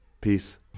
peace